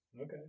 Okay